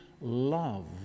love